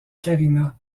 karina